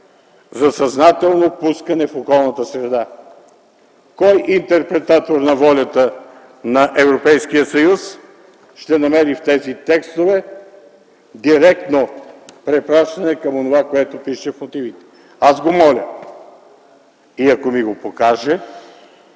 за съзнателно пускане в околната среда, кой интерпретатор на волята на Европейския съюз ще намери в тези текстове директно препращане към онова, което пише в мотивите? Аз го моля и ако ми го покаже,